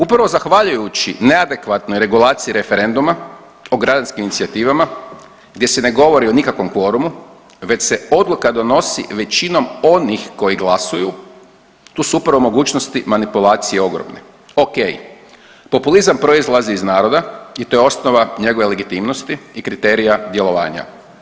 Upravo zahvaljujući neadekvatnoj regulaciji referenduma o građanskim inicijativama gdje se ne govori o nikakvom kvorumu već se odluka donosi većinom onih koji glasuju, tu su upravo mogućnosti manipulacije ogromni, okej, populizam proizlazi iz naroda i to je osnova njegove legitimnosti i kriterija djelovanja.